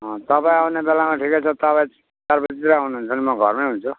तपाईँ आउने बेलामा ठिकै छ तपाईँ चार बजीतिर आउनुहुन्छ भने म घरमै हुन्छु